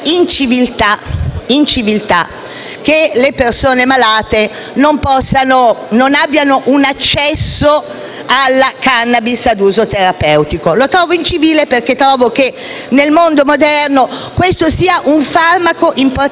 che le persone malate non abbiano accesso alla *cannabis* ad uso terapeutico. Lo trovo incivile perché credo che nel mondo moderno questo sia un farmaco importante. Si tratta